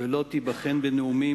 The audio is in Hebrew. ולא תיבחן בנאומים,